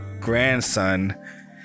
grandson